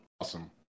awesome